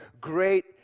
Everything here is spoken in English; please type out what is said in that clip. Great